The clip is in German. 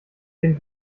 dem